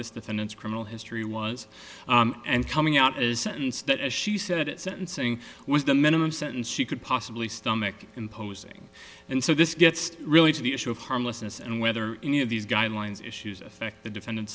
this defendant's criminal history was and coming out as sentenced as she said at sentencing was the minimum sentence she could possibly stomach imposing and so this gets really to the issue of harmlessness and whether any of these guidelines issues affect the defendant